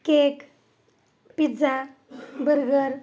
cake pizza burger